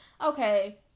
Okay